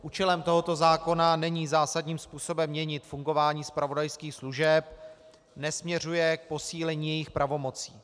Účelem tohoto zákona není zásadním způsobem měnit fungování zpravodajských služeb, nesměřuje k posílení jejich pravomocí.